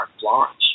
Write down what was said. Florence